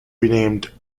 renamed